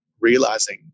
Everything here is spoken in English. realizing